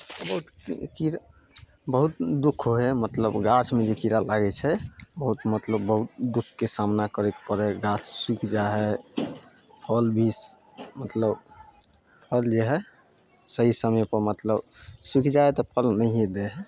बहुत की कीड़ा बहुत दुःख होइ हइ मतलब गाछमे जे कीड़ा लागय छै बहुत मतलब बहुत दुःखके सामना करय पड़य हइ गाछ सूखि जाइ हइ फल भी मतलब फल जे हइ सही समयपर मतलब सुखि जाइ हइ तऽ फल नहिये दै हइ